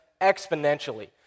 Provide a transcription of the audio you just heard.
exponentially